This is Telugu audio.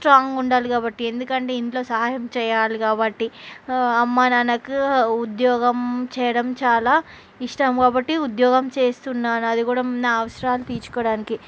స్ట్రాంగ్గా ఉండాలి కాబట్టి ఎందుకంటే ఇంట్లో సహాయం చేయాలి కాబట్టి అమ్మ నాన్నకు ఉద్యోగం చేయడం చాలా ఇష్టం కాబట్టి ఉద్యోగం చేస్తున్నాను అది కూడా నా అవసరాలు తీర్చుకోడానికి